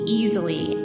easily